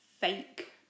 fake